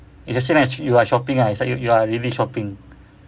it's the same as you are shopping ah it's like you you are really shopping